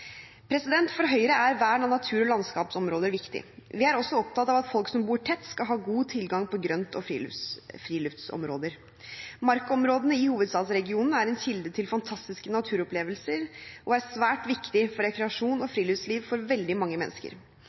For Høyre er vern av natur- og landskapsområder viktig. Vi er også opptatt av at folk som bor tett, skal ha god tilgang til grønt- og friluftsområder. Markaområdene i hovedstadsregionen er en kilde til fantastiske naturopplevelser og er svært viktige for rekreasjon og friluftsliv for veldig mange mennesker.